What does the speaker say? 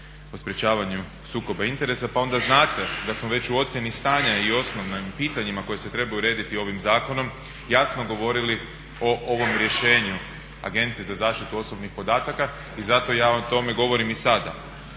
o sprečavanju sukoba interesa pa onda znate da smo već u ocjeni stanja i osnovnim pitanjima koji se trebaju urediti ovim zakonom jasno govorili o ovom rješenju Agencije za zaštitu osobnih podataka i zato ja o tome govorim i sada,